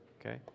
Okay